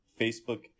Facebook